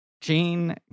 Jane